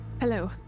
Hello